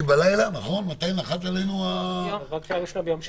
בלילה --- זה עבר קריאה ראשונה ביום שני.